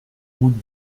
route